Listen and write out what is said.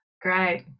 Great